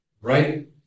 Right